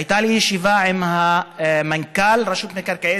הייתה לי ישיבה עם מנכ"ל רשות מקרקעי